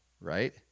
right